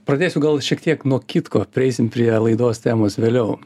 pradėsiu gal šiek tiek nuo kitko prieisim prie laidos temos vėliau